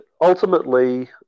Ultimately